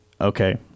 okay